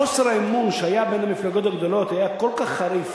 חוסר האמון שהיה בין המפלגות הגדולות היה כל כך חריף,